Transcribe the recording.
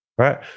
right